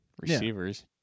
receivers